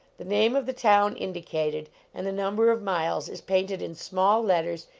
the name of the town indi cated, and the number of miles is painted in small letters,